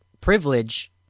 privilege